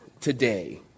today